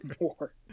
more